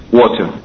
water